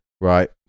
right